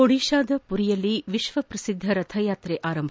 ಒಡಿಶಾದ ಪುರಿಯಲ್ಲಿ ವಿಕ್ವ ಶ್ರಸಿದ್ಧ ರಥಯಾತ್ರೆ ಆರಂಭ